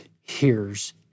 hears